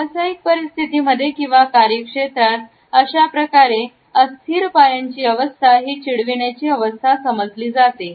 व्यावसायिक परिस्थितीमध्ये किंवा कार्यक्षेत्रात अशाप्रकारे अस्थिर पायांचे अवस्था ही चिडवण्याची अवस्था समजली जाते